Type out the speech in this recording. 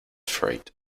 freight